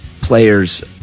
players